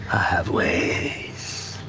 i have ways,